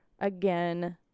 again